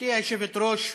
גברתי היושבת-ראש,